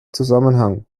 zusammenhang